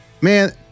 Man